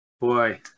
Boy